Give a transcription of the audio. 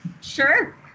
Sure